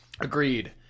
Agreed